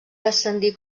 descendir